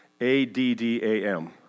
A-D-D-A-M